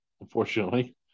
unfortunately